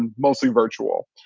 and mostly virtual.